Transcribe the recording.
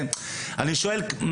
אני שואל,